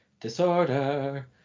disorder